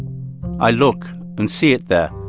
i look and see it there,